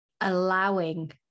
allowing